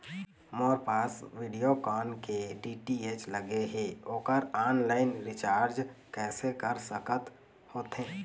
मोर पास वीडियोकॉन के डी.टी.एच लगे हे, ओकर ऑनलाइन रिचार्ज कैसे कर सकत होथे?